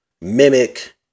mimic